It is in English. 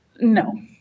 No